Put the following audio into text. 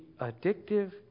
addictive